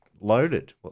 loaded